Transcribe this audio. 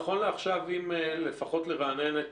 נכון לעכשיו, אנחנו,